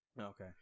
Okay